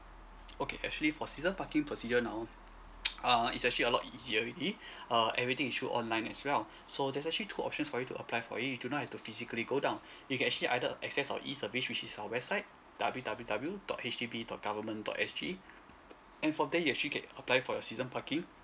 okay actually for season parking procedure now uh it's actually a lot easier already uh everything is through online as well so there's actually two options for you to apply for it you do not have to physically go down you can actually either uh access our e service which is our website W W W dot H D B dot government dot S G and from there you actually can apply for your season parking